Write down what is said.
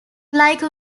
like